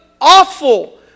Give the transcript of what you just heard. awful